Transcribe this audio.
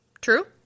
True